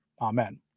Amen